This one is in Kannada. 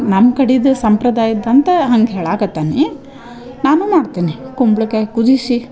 ನಮ್ಮ ಕಡಿದು ಸಂಪ್ರದಾಯದಂಥ ಹಂಗೆ ಹೇಳಾಕತ್ತನಿ ನಾನು ಮಾಡ್ತೀನಿ ಕುಂಬ್ಳ್ಕಾಯಿ ಕುದಿಸಿ